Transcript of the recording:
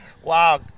wow